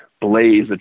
blaze